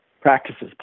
practices